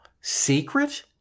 secret